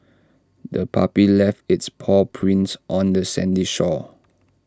the puppy left its paw prints on the sandy shore